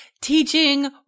Teaching